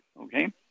okay